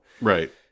Right